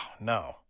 no